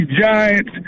giants